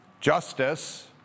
justice